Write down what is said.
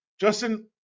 justin